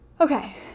Okay